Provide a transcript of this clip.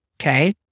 Okay